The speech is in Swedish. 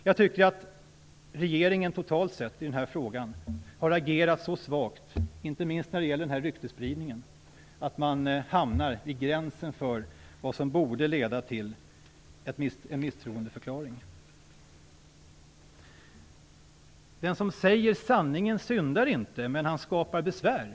Jag tycker att regeringen totalt sett agerat så svagt i denna fråga, inte minst när det gäller ryktesspridningen, att man hamnar på gränsen till vad som borde leda till en misstroendeförklaring. "Den som säger sanningen syndar inte, men han skapar besvär."